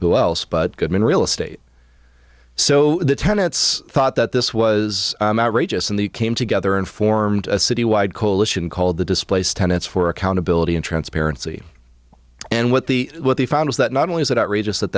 who else but goodman real estate so the tenants thought that this was a radius and they came together and formed a citywide coalition called the displaced tenants for accountability and transparency and what the what they found was that not only is it outrageous that